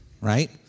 right